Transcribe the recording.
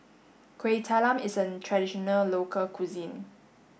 Kueh Talam is a traditional local cuisine